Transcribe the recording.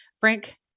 Frank